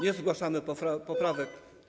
Nie zgłaszamy poprawek.